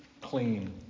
clean